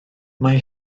mae